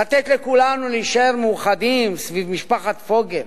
לתת לכולנו להישאר מאוחדים סביב משפחת פוגל,